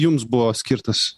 jums buvo skirtas